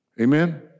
Amen